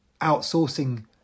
outsourcing